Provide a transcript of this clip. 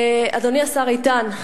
אדוני השר איתן,